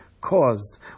caused